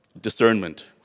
Discernment